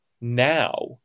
now